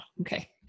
Okay